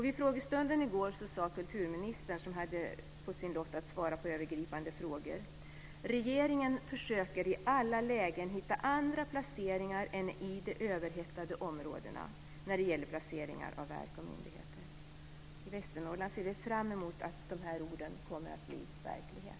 Vid frågestunden i går sade kulturministern, som hade på sin lott att svara på övergripande frågor, att regeringen i alla lägen försöker hitta andra placeringar än i de överhettade områdena när det gäller placering av verk och myndigheter. I Västernorrland ser vi fram emot att dessa ord kommer att bli verklighet.